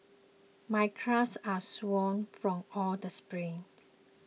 my calves are sore from all the sprints